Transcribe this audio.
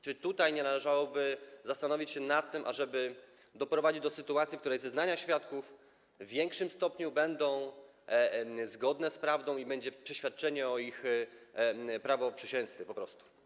Czy tutaj nie należałoby zastanowić się nad tym, ażeby doprowadzić do sytuacji, w której zeznania świadków w większym stopniu będą zgodne z prawdą i będzie przeświadczenie o ich prawoprzysięstwie po prostu?